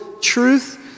truth